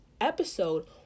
episode